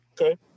Okay